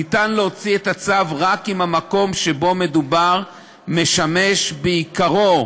ניתן להוציא את הצו רק אם המקום שבו מדובר משמש בעיקרו,